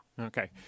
Okay